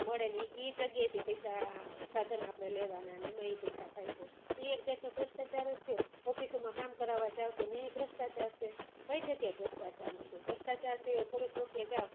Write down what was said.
મળે ને એ એ જગ્યાએથી પૈસા સાધન આપણે લેવાના ને એમાં એ પૈસા ખાય છે એ એક જાતનો ભ્રષ્ટાચાર જ થયો ઓફિસોમાં કામ કરાવા જાવ તો ત્યાં એ ભ્રષ્ટાચાર છે કઈ જગ્યાએ ભ્રષ્ટાચાર નથી ભ્રષ્ટાચાર સિવાય પોલીસ ચોકીએ જાઓ